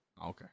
Okay